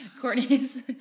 Courtney's